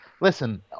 Listen